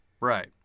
Right